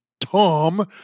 Tom